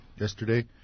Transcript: yesterday